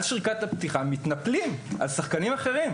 שריקת הפתיחה מתנפלים על שחקנים אחרים.